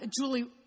Julie